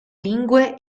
lingue